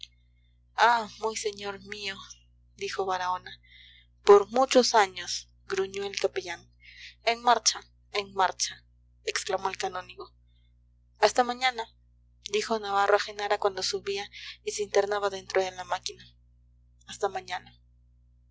ah muy señor mío dijo baraona por muchos años gruñó el capellán en marcha en marcha exclamó el canónigo hasta mañana dijo navarro a genara cuando subía y se internaba dentro de la máquina hasta mañana